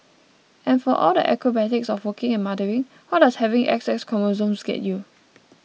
and for all the acrobatics of working and mothering what does having X X chromosomes get you